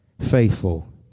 faithful